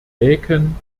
laeken